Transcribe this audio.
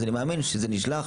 אז אני מאמין שזה נשלח,